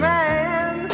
Man